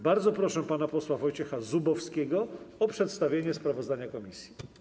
Bardzo proszę pana posła Wojciecha Zubowskiego o przedstawienie sprawozdania komisji.